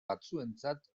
batzuentzat